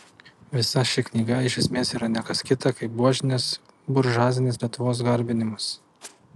visa ši knyga iš esmės yra ne kas kita kaip buožinės buržuazinės lietuvos garbinimas